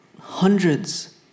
hundreds